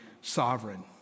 sovereign